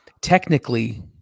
technically